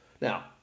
Now